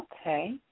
Okay